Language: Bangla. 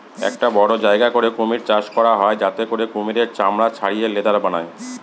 একটা বড়ো জায়গা করে কুমির চাষ করা হয় যাতে করে কুমিরের চামড়া ছাড়িয়ে লেদার বানায়